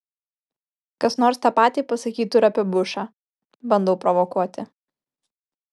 kas nors tą patį pasakytų ir apie bushą bandau provokuoti